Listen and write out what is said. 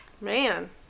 Man